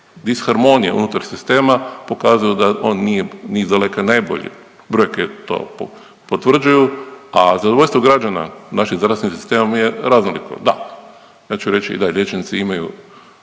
disharmonije unutar sistema pokazuju da on nije ni izdaleka najbolji. Brojke to potvrđuju, a zadovoljstvo građana našim zdravstvenim sistemom je raznoliko. Da, ja ću reći da i liječnici imaju